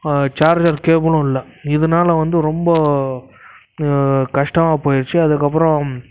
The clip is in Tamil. சார்ஜர் கேபிளும் இல்லை இதனால வந்து ரொம்ப கஷ்டமாக போயிடுச்சு அதுக்கு அப்புறம்